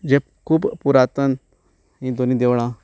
जें खूब पुरातन हीं दोनूय देवळां